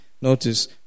Notice